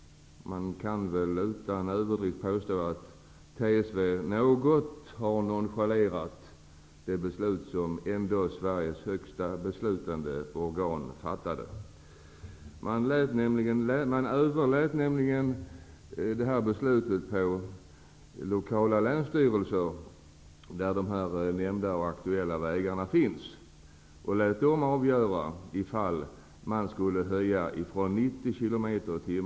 Man kan utan att överdriva påstå att TSV något har nonchalerat det beslut som överlät på de lokala länsstyrelserna i de län där vägarna finns att avgöra om hastighetsgränserna skulle höjas från 90 till 110 km/tim.